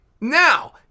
Now